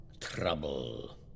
Trouble